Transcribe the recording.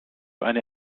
eine